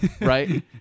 right